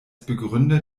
begründer